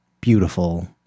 beautiful